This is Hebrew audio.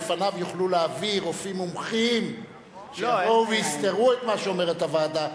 בפניו יוכלו להביא רופאים מומחים שיבואו ויסתרו את מה שאומרת הוועדה,